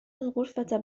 الغرفة